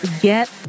get